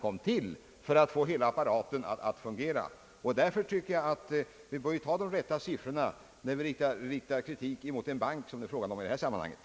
Det var alltså för att få hela den apparaten att fungerå, som konferensen kom till. Därför tycker jag att. vi bör ta de rätta siffrorna när vi riktar kritik mot den bank som det är fråga om i kvällens debatt.